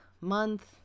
month